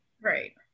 Right